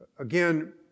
Again